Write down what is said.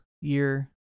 year